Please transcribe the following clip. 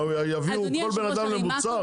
מה, יביאו כל בן אדם למוצר?